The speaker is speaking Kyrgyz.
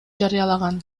жарыялаган